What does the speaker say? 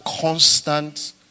constant